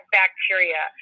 bacteria